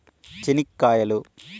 చెనిక్కాయలు